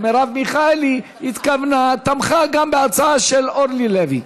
מרב מיכאלי תמכה גם בהצעה של אורלי לוי.